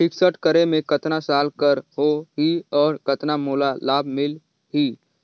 Fixed करे मे कतना साल कर हो ही और कतना मोला लाभ मिल ही?